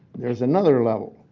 there is another level,